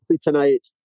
tonight